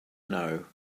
know